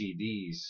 CDs